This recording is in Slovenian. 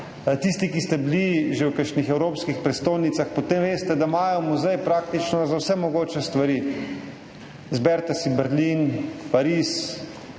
Tisti, ki ste bili že v kakšnih evropskih prestolnicah, potem veste, da imajo muzeje praktično za vse mogoče stvari. Izberite si Berlin, Pariz,